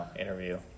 interview